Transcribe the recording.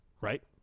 right